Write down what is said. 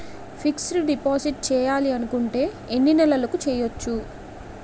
Fixed deposit చేయాలి అనుకుంటే ఎన్నే నెలలకు చేయొచ్చు?